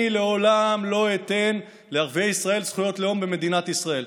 אני לעולם לא אתן לערביי ישראל זכויות לאום במדינת ישראל,